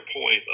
point